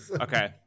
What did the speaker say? Okay